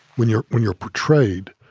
when you're when you're portrayed,